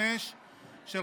פ/2115/24,